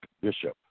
bishop